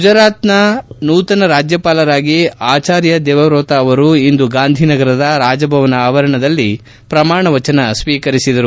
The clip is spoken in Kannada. ಗುಜರಾತ್ನ ರಾಜ್ಯಪಾಲರಾಗಿ ಆಚಾರ್ಯ ದೇವವ್ರತ ಅವರು ಇಂದು ಗಾಂಧಿನಗರದ ರಾಜಭವನ ಆವರಣದಲ್ಲಿ ಪ್ರಮಾಣ ವಚನ ಸ್ವೀಕರಿಸಿದರು